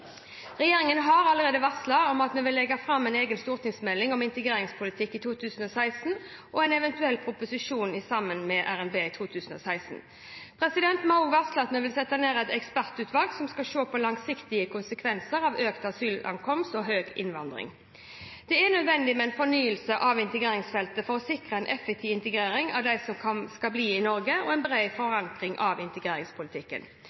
har allerede varslet at vi vil legge fram en egen stortingsmelding om integreringspolitikken i 2016, og en eventuell proposisjon sammen med RNB i 2016. Vi har også varslet at vi vil sette ned et ekspertutvalg som skal se på langsiktige konsekvenser av økt asylankomst og høy innvandring. Det er nødvendig med en fornyelse av integreringsfeltet for å sikre en effektiv integrering av dem som skal bli i Norge, og en bred forankring av integreringspolitikken.